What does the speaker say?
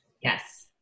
Yes